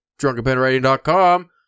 DrunkenPenWriting.com